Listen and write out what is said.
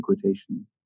quotation